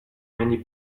many